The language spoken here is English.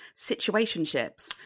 situationships